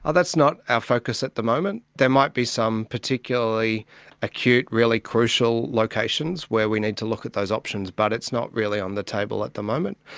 ah that's not our ah focus at the moment. there might be some particularly acute, really crucial locations where we need to look at those options, but it's not really on the table at the moment.